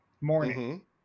morning